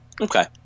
okay